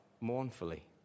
mournfully